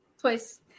Twice